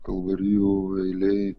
kalvarijų eilėj